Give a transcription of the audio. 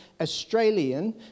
Australian